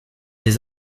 des